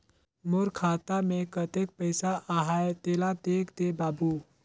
मोर खाता मे कतेक पइसा आहाय तेला देख दे बाबु?